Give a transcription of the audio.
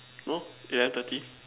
no eleven thirty